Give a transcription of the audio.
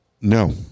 No